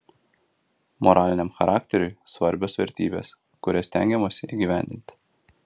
moraliniam charakteriui svarbios vertybės kurias stengiamasi įgyvendinti